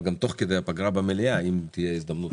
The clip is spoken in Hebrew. תוך כדי הפגרה במליאה אם תהיה הזדמנות.